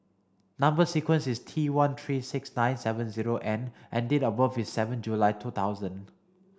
number sequence is T one three six nine seven zero N and date of birth is seven July two thousand